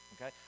Okay